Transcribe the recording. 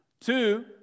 Two